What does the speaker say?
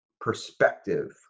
perspective